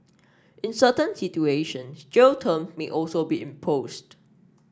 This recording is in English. in certain situations jail term may also be imposed